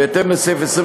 בהתאם לסעיף 25(א)